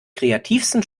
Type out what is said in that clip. kreativsten